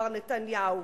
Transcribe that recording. מר נתניהו.